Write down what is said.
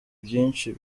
byinshi